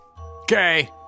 Okay